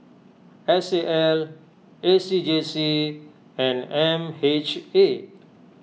S A L A C J C and M H A